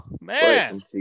man